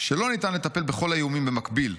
שלא ניתן לטפל בכל האיומים במקביל.